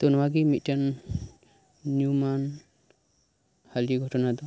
ᱛᱳ ᱱᱚᱣᱟ ᱜᱮ ᱢᱤᱫᱴᱮᱱ ᱧᱩᱢᱟᱱ ᱦᱟᱹᱞᱤ ᱜᱷᱚᱴᱚᱱᱟ ᱫᱚ